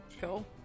Cool